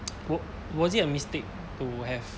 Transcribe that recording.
w~ was it a mistake to have